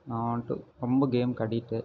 நான் வந்துட்டு ரொம்ப கேமுக்கு அடிக்ட்டு